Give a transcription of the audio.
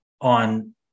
on